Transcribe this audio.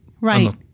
right